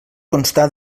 constar